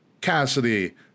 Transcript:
Cassidy